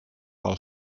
pel